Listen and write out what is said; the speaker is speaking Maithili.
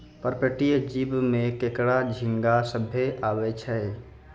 पर्पटीय जीव में केकड़ा, झींगा सभ्भे आवै छै